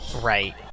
Right